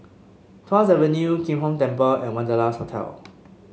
Tuas Avenue Kim Hong Temple and Wanderlust Hotel